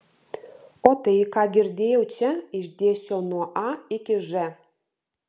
o tai ką girdėjau čia išdėsčiau nuo a iki ž